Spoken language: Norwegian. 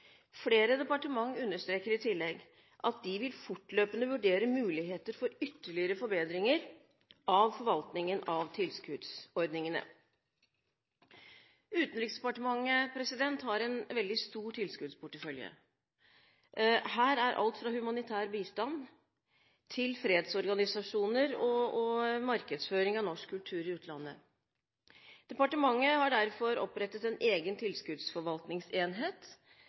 Flere departement understreker i tillegg at de fortløpende vil vurdere muligheter for ytterligere forbedringer av forvaltningen av tilskuddsordningene. Utenriksdepartementet har en veldig stor tilskuddsportefølje. Her er alt fra humanitær bistand til fredsorganisasjoner og markedsføring av norsk kultur i utlandet. Departementet har derfor opprettet en egen tilskuddsforvaltningsenhet.